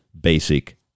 basic